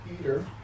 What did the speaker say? Peter